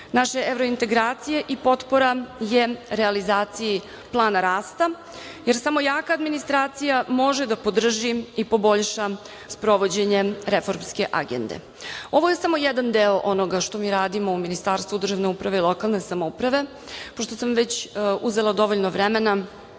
naše evrointegracije i potpora je realizaciji plana rasta, jer samo jaka administracija može da podrži i poboljša sprovođenje Reformske agende. Ovo je samo jedan deo onoga što mi radimo u Ministarstvu državne uprave i lokalne samouprave. Pošto sam već uzela dovoljno vremena,